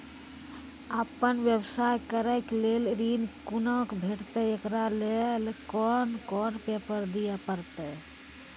आपन व्यवसाय करै के लेल ऋण कुना के भेंटते एकरा लेल कौन कौन पेपर दिए परतै?